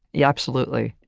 yeah, absolutely.